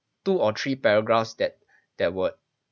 two or three paragraphs that that would